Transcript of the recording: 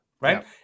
right